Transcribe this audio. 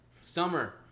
summer